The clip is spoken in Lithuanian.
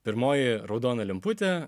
pirmoji raudona lemputė